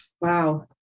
wow